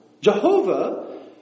Jehovah